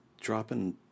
Dropping